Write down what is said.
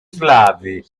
slavi